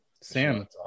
Sam